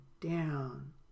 down